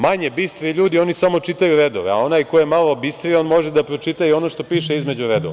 Manje bistri ljudi samo čitaju redove, a onaj ko je malo bistriji on može da pročita i ono što piše između redova.